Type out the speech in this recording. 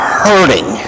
hurting